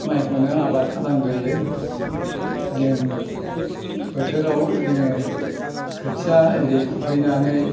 माइखौनो आबाद खालामग्रोयो जों बोथोराव जोङो खोथिया एरि खुबैनानै